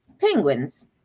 Penguins